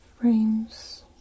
frames